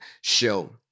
show